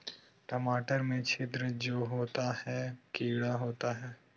टमाटर में छिद्र जो होता है किडा होता है?